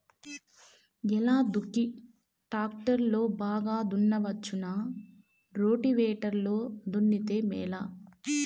ఎలా దుక్కి టాక్టర్ లో బాగా దున్నవచ్చునా రోటివేటర్ లో దున్నితే మేలా?